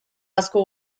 asko